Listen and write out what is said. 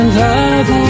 love